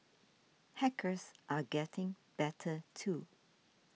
hackers are getting better too